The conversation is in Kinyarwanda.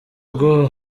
rwo